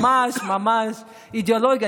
ממש אידיאולוגי,